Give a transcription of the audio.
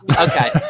Okay